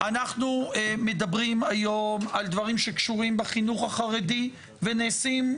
אנחנו מדברים היום על דברים שקשורים בחינוך החרדי ונעשים,